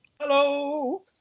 Hello